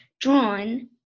drawn